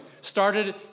started